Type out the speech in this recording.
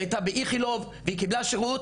שהייתה באיכילוב והיא קיבלה שירות,